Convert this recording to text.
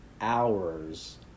hours